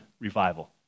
revival